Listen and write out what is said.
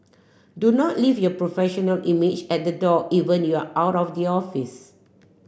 do not leave your professional image at the door even you are out of the office